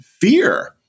fear